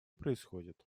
происходит